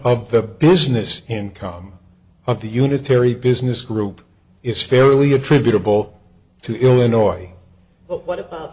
of the business income of the unitary business group is fairly attributable to illinois